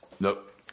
Nope